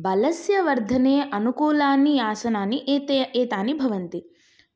बलस्य वर्धने अनुकूलानि आसनानि एते एतानि भवन्ति